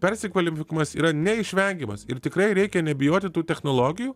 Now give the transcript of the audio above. persikvalifikavimas yra neišvengiamas ir tikrai reikia nebijoti tų technologijų